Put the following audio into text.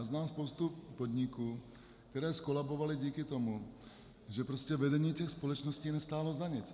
Znám spoustu podniků, které zkolabovaly díky tomu, že vedení těch společností nestálo za nic.